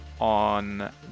on